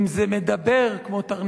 אני חושב שאם זה מדבר כמו תרנגולת,